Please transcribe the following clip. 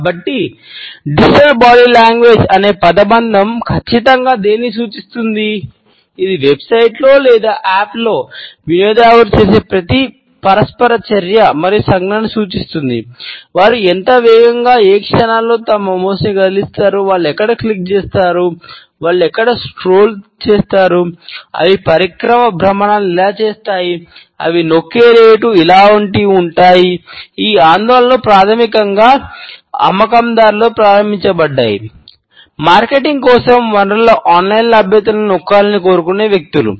కాబట్టి డిజిటల్ లభ్యతను నొక్కాలని కోరుకునే వ్యక్తులు